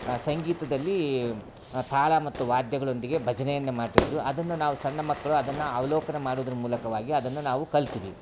ಸಂಗೀತದಲ್ಲಿ ತಾಳ ಮತ್ತು ವಾದ್ಯಗಳೊಂದಿಗೆ ಭಜನೆಯನ್ನು ಮಾಡ್ತಿದ್ದರು ಅದನ್ನು ನಾವು ಸಣ್ಣ ಮಕ್ಕಳು ಅದನ್ನು ಅವಲೋಕನ ಮಾಡೋದ್ರ ಮೂಲಕವಾಗಿ ಅದನ್ನು ನಾವು ಕಲಿತ್ವಿ